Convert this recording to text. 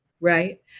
Right